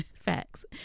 facts